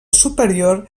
superior